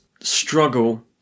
struggle